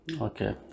Okay